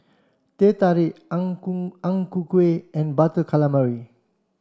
Teh Tarik Ang Ku Ang Ku Kueh and butter calamari